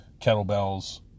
Kettlebells